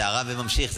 זו הערה ונמשך.